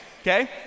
okay